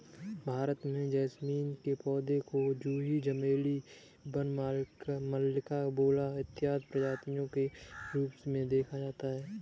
भारत में जैस्मीन के पौधे को जूही चमेली वन मल्लिका बेला इत्यादि प्रजातियों के रूप में देखा जाता है